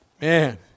Man